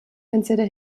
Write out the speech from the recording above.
consider